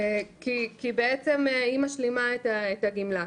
כי בעצם, היא משלימה את הגמלה.